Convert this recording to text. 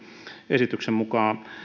esityksen mukaan